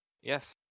Yes